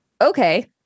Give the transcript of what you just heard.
Okay